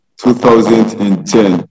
2010